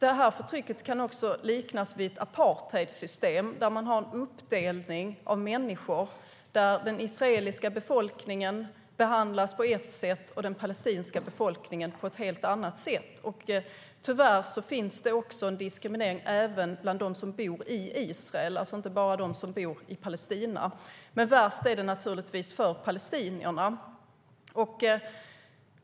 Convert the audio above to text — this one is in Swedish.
Det förtrycket kan också liknas vid ett apartheidsystem där man har en uppdelning av människor och där den israeliska befolkningen behandlas på ett sätt och den palestinska befolkningen på ett helt annat sätt. Tyvärr finns det också en diskriminering även bland dem som bor i Israel och inte bara dem som bor i Palestina, men värst är det naturligtvis för palestinierna.